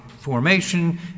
formation